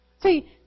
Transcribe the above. See